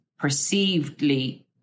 perceivedly